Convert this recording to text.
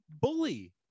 Bully